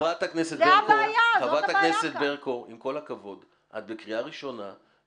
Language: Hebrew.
חברת הכנסת ברקו, את בקריאה ראשונה.